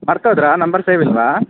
ಮರ್ತೋದ್ರಾ number save ಇಲ್ವಾ